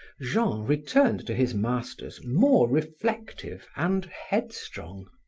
jean returned to his masters more reflective and headstrong.